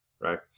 right